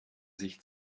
sich